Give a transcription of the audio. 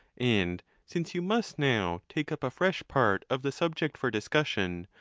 and since you must now take up a fresh part of the subject for discussion,